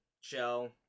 show